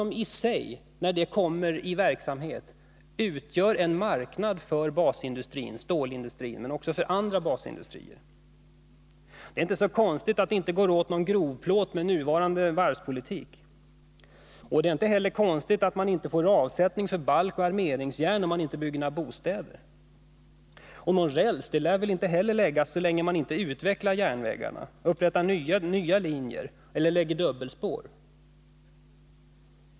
Och det är genom sådana investeringar som vi kan skapa en marknad för basindustrin, för stålindustrin men också för andra basindustrier. Det är inte konstigt att det inte går åt någon grovplåt med nuvarande varvspolitik, och det är inte heller konstigt att man inte får avsättning för balkoch armeringsjärn när man inte bygger några bostäder. Någon räls lär väl inte heller läggas så länge man inte utvecklar järnvägarna, upprättar nya linjer eller lägger dubbelspår.